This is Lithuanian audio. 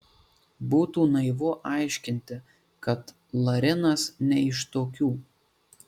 būtų naivu aiškinti kad larinas ne iš tokių